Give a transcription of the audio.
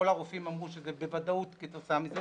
כל הרופאים אמרו שזה בוודאות כתוצאה מזה,